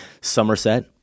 Somerset